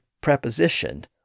preposition